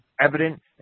Evident